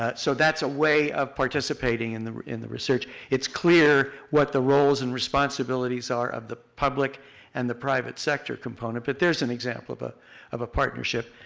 ah so that's a way of participating in the in the research. it's clear what the roles and responsibilities are of the public and the private sector component, but there's an example of ah of a partnership.